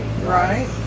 right